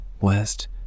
west